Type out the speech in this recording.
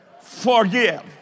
forgive